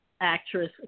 actress